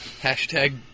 Hashtag